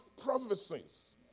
promises